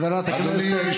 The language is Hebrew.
נא לא להפריע.